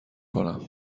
کنم